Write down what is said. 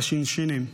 לשינשינים.